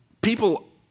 people